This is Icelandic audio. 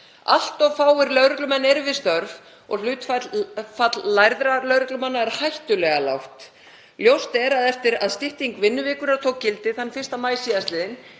Allt of fáir lögreglumenn eru við störf og hlutfall lærðra lögreglumanna er hættulega lágt. Ljóst er að eftir að stytting vinnuvikunnar tók gildi þann 1. maí sl.